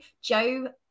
joe